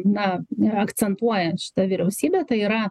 na akcentuoja šita vyriausybė tai yra